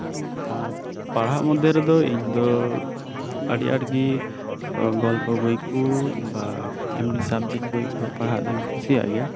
ᱯᱟᱲᱦᱟᱜ ᱢᱚᱫᱽᱫᱷᱮ ᱨᱮ ᱤᱧ ᱫᱚ ᱟᱹᱰᱤ ᱟᱸᱴ ᱜᱤ ᱜᱚᱞᱯᱚ ᱵᱳᱭ ᱠᱚ ᱟᱨ ᱥᱟᱵᱡᱮᱠᱴ ᱵᱳᱭ ᱠᱚᱫᱚ ᱯᱟᱲᱦᱟᱜ ᱨᱤᱧ ᱠᱩᱥᱤᱭᱟᱜ ᱜᱮᱭᱟ